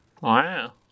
Wow